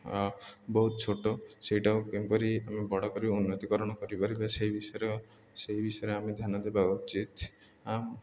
ବହୁତ ଛୋଟ ସେଇଟାକୁ କିପରି ଆମେ ବଡ଼ କରି ଉନ୍ନତିକରଣ କରିପାରିବେ ସେଇ ବିଷୟରେ ସେଇ ବିଷୟରେ ଆମେ ଧ୍ୟାନ ଦେବା ଉଚିତ୍